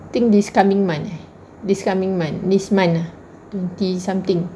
think this coming month eh this month ah twenty something